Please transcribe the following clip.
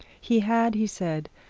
he had, he said,